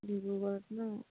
ডিব্ৰুগড়ত ন